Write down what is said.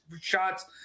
shots